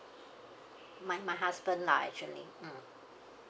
my my husband lah actually mm